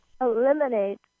eliminate